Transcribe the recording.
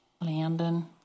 Landon